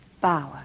Bauer